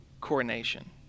coronation